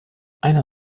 einer